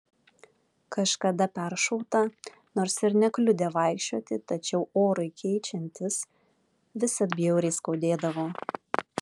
kažkada peršauta nors ir nekliudė vaikščioti tačiau orui keičiantis visad bjauriai skaudėdavo